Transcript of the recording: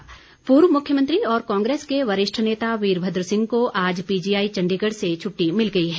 वीरभद्र सिंह पूर्व मुख्यमंत्री और कांग्रेस के वरिष्ठ नेता वीरभद्र सिंह को आज पीजीआई चंडीगढ़ से छुट्टी मिल गई है